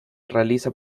realiza